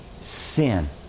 sin